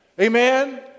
Amen